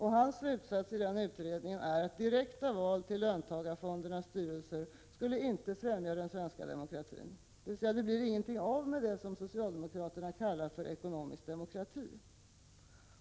Hans slutsats i utredningen är att direkta val till löntagarfondernas styrelser inte skulle främja den svenska demokratin — dvs. det blir ingenting av med det som socialdemokraterna kallar för ekonomisk demokrati.